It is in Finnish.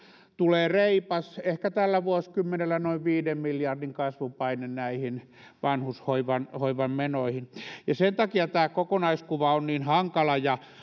tulee reipas ehkä tällä vuosikymmenellä noin viiden miljardin kasvupaine näihin vanhushoivan menoihin ja sen takia tämä kokonaiskuva on niin hankala